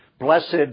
Blessed